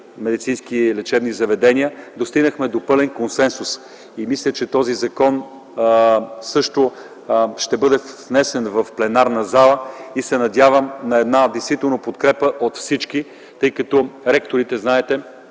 медицински лечебни заведения достигнахме до пълен консенсус и мисля, че този закон също ще бъде внесен в пленарната зала. Надявам се на подкрепа от всички, тъй като ректорите, знаете,